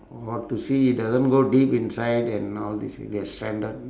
or to see doesn't go deep inside and all these and get stranded